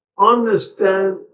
understand